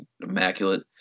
immaculate